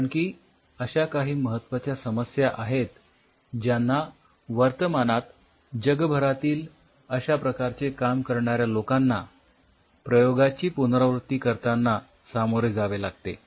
कारण की अश्या काही महत्वाच्या समस्या आहेत ज्यांना वर्तमानात जगभरातील अश्या प्रकारचे काम करणाऱ्या लोकांना प्रयोगांची पुनरावृत्ती करतांना सामोरे जावे लागते